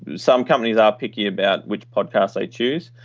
some companies are picky about which podcast they choose.